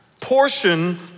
portion